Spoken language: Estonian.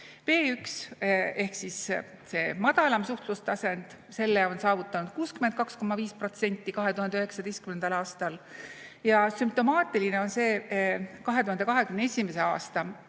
B1 ehk siis see madalam suhtlustasand, selle on saavutanud 62,5% 2019. aastal. Ja sümptomaatiline on see 2021. aasta.